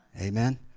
Amen